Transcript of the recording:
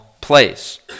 place